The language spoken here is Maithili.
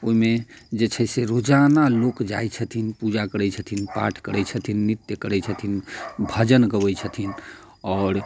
ओइमे जे छै से रोजाना लोक जाइ छथिन पूजा करै छथिन पाठ करै छथिन नित्य करै छथिन भजन गबै छथिन और